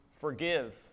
forgive